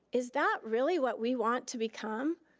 is that really what we want to become?